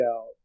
out